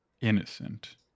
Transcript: innocent